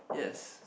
yes